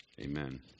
Amen